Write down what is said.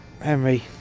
Henry